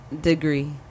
Degree